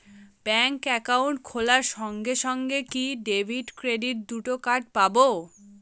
Bank account খোলার সঙ্গে সঙ্গে কি ডেবিট ক্রেডিট দুটো কার্ড পাবো?